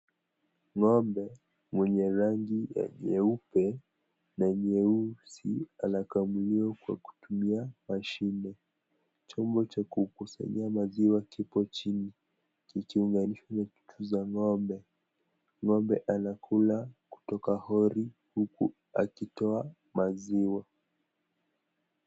Ng'ombe mwenye rangi ya nyeupe na nyeusi, wanakamuliwa kwa kutumia mashini. Chombo cha kukusanyia maziwa kiko chini ikionganishwa kwa chuchu za ng'ombe. Ng'ombe anakula kutoka hori huku akitoa maziwa.